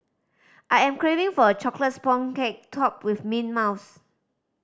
I am craving for a chocolate sponge cake topped with mint mousse